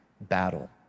battle